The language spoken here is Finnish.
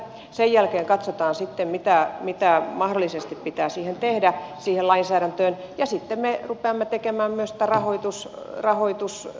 sen jälkeen katsotaan sitten mitä mahdollisesti pitää tehdä siihen lainsäädäntöön ja sitten me rupeamme tekemään myös tätä rahoitusuudistusta